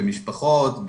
משפחות,